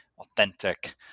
authentic